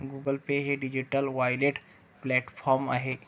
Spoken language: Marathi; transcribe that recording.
गुगल पे हे डिजिटल वॉलेट प्लॅटफॉर्म आहे